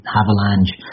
avalanche